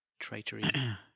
Traitory